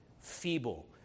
feeble